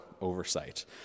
oversight